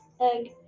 egg